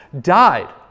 died